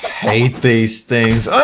hate these things.